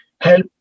help